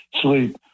sleep